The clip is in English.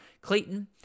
Clayton